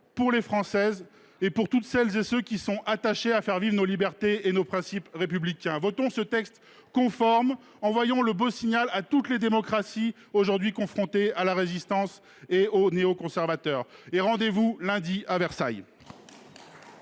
pour les Françaises et pour toutes celles et tous ceux qui sont attachés à faire vivre nos libertés et nos principes républicains. Votons ce texte conforme. Envoyons ce beau signal à toutes les démocraties aujourd’hui confrontées à la résistance et aux néoconservateurs. Rendez vous lundi à Versailles